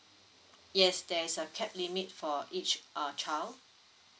yes there's a capped limit for each uh child